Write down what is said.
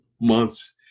months